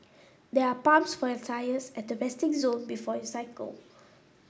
there are pumps for your tyres at the resting zone before you cycle